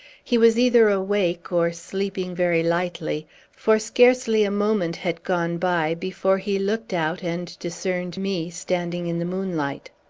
he was either awake or sleeping very lightly for scarcely a moment had gone by before he looked out and discerned me standing in the moonlight.